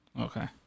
Okay